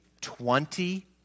Twenty